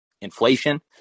inflation